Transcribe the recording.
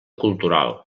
cultural